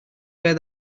where